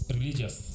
Religious